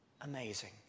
amazing